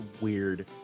weird